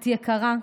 את יקרה.